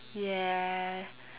ya